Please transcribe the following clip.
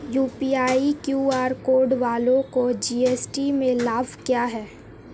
UPI QR code वालों को GST में लाभ क्या है?